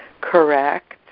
Correct